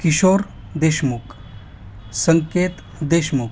Kishore Deshmukh Sanket Deshmukh